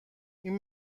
این